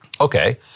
Okay